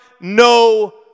no